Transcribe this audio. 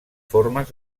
formes